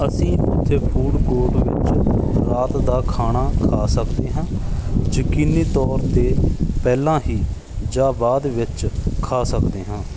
ਅਸੀਂ ਉੱਥੇ food court ਵਿੱਚ ਰਾਤ ਦਾ ਖਾਣਾ ਖਾ ਸਕਦੇ ਹਾਂ ਯਕੀਨੀ ਤੌਰ 'ਤੇ ਪਹਿਲਾਂ ਹੀ ਜਾਂ ਬਾਅਦ ਵਿੱਚ ਵੀ ਖਾ ਸਕਦੇ ਹਾਂ